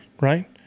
right